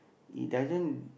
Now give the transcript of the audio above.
it doesn't